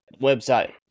website